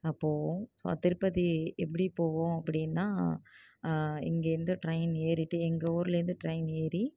போவோம் திருப்பதி எப்படி போவோம் அப்படின்னா இங்கேருந்து ட்ரைன் ஏறிட்டு எங்கள் ஊர்லேருந்து ட்ரைன் ஏறி